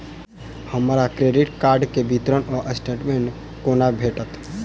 हमरा credit card केँ विवरण वा स्टेटमेंट कोना भेटत?